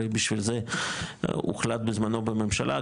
הרי בשביל זה הוחלט בזמנו בממשלה,